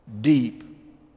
deep